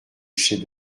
chefs